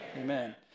Amen